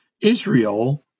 Israel